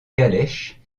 calèches